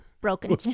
broken